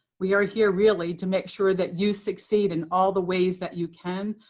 we are here, really, to make sure that you succeed in all the ways that you can.